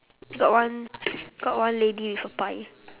got one got one lady with a pie